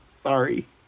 Sorry